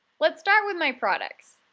let's start with my products.